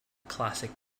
classic